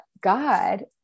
God